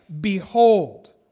Behold